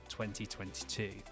2022